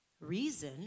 reason